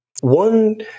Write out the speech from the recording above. One